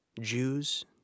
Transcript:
Jews